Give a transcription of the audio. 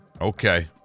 Okay